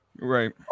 Right